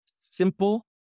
simple